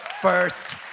first